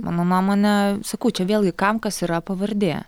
mano nuomone sakau čia vėlgi kam kas yra pavardė